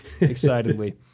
excitedly